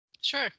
sure